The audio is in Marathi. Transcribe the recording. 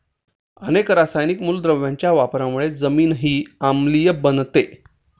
अनेक रासायनिक मूलद्रव्यांच्या वापरामुळे जमीनही आम्लीय बनते